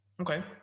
Okay